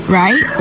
right